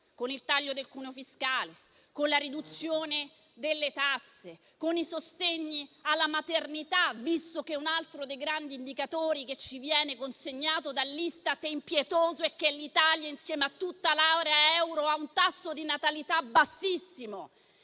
con il taglio del cuneo fiscale, con la riduzione delle tasse, con i sostegni alla maternità, visto che un altro dei grandi indicatori che ci viene consegnato dall'Istat è impietoso e vede l'Italia, insieme a tutta l'area euro, avere un tasso di natalità bassissimo.